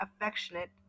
affectionate